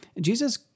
Jesus